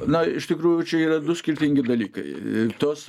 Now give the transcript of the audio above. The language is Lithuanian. na iš tikrųjų čia yra du skirtingi dalykai tos